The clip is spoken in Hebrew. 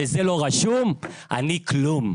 כשזה לא רשום אני כלום.